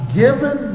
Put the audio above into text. given